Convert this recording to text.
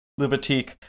Lubatique